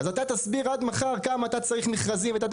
אז אתה תסביר כמה את צריך מכרזים וכולי,